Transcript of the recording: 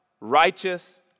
righteous